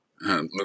look